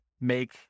make